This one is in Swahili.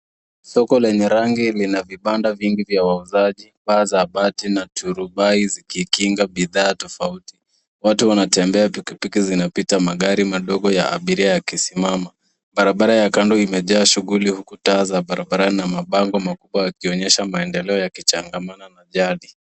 Soko lenye rangi lina vibanda vingi vya wauzaji. Paa za bati na turubai zimekikinga bidhaa tofauti. Watu wanatembea, pikipiki zinapita magari madogo ya abiria yakisimama. Barabara ya kando imejaa shughuli huku taa za barabara na mabango makubwa yakionyesha maendeleo yakichangamana na jadi.